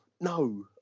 No